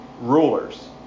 rulers